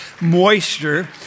moisture